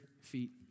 feet